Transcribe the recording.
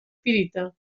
pirita